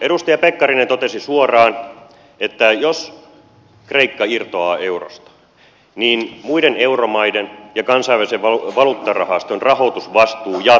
edustaja pekkarinen totesi suoraan että jos kreikka irtoaa eurosta niin muiden euromaiden ja kansainvälisen valuuttarahaston rahoitusvastuu jatkuu